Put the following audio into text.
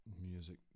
music